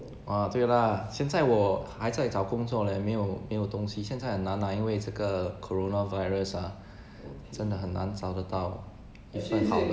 !wah! 对 lah 现在我还在找工作 leh 没有没有东西现在很难 lah 因为这个 coronavirus ah 真的很难找得到一个很好的